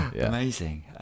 Amazing